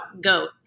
goat